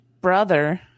brother